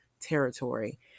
territory